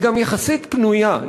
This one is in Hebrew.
היא גם יחסית פנויה,